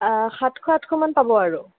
সাতশ আঠশমান পাব আৰু